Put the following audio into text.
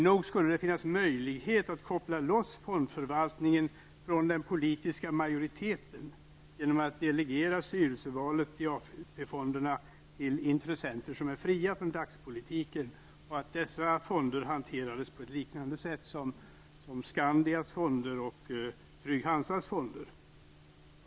Nog skulle det finnas möjligheter att koppla loss fondförvaltningen från den politiska majoriteten genom att delegera styrelsevalet i AP-fonderna till intressenter fria från dagspolitiken. Dessa fonder borde kunna hanteras på ett liknande sätt som Skandias och Trygg Hansas fonder.